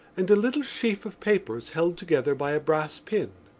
and a little sheaf of papers held together by a brass pin.